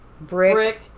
brick